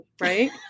right